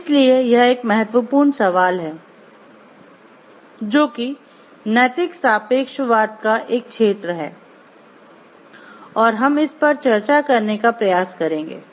इसलिए यह एक महत्वपूर्ण सवाल है जो कि नैतिक सापेक्षवाद का एक क्षेत्र है और हम इस पर चर्चा करने का प्रयास करेंगे